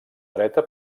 dreta